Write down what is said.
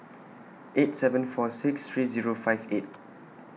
eight seven four six three Zero five eight